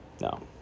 no